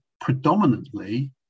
Predominantly